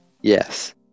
Yes